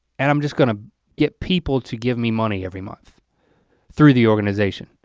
and i'm just gonna get people to give me money every month through the organization,